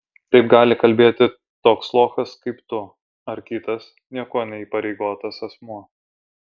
taip gali kalbėti toks lochas kaip tu ar kitas niekuo neįpareigotas asmuo